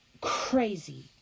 crazy